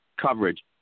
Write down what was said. coverage